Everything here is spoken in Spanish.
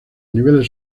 niveles